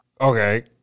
Okay